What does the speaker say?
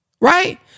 Right